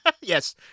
Yes